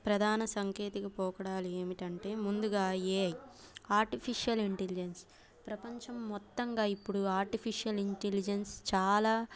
ప్రధాన సంకేతిక పోకడాలు ఏమిటంటే ముందుగా ఏఐ ఆర్టిఫిషియల్ ఇంటెలిజెన్స్ ప్రపంచం మొత్తంగా ఇప్పుడు ఆర్టిఫిషియల్ ఇంటెలిజెన్స్ చాలా